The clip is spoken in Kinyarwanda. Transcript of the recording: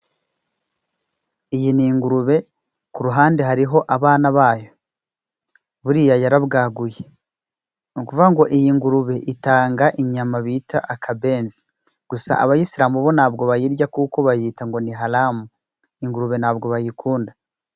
Iyi ni ingurube ku ruhande hariho abana bayo buriya yarabwaguye . Ni ukuvuga ngo iyi ngurube itanga inyama bita akabenzi , gusa Abayisilamu bo ntabwo bayirya kuko bayita ngo ni Haramu ingurube ntabwo bayikunda.